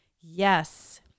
yes